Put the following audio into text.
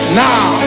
now